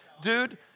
dude